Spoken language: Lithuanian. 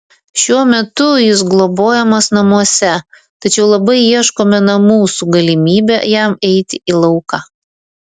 šiuo metu jis globojamas namuose tačiau labai ieškome namų su galimybe jam eiti į lauką